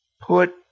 put